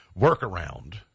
workaround